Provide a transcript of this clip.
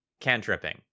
cantripping